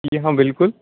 जी हाँ बिल्कुल